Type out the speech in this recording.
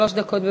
שלוש דקות.